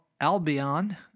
Albion